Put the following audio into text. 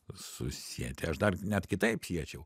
susieti aš dar net kitaip siečiau